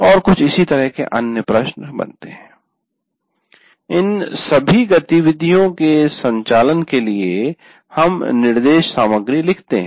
और कुछ इसी तरह के अन्य प्रश्न इन सभी गतिविधियों के संचालन के लिए हम निर्देश सामग्री लिखते हैं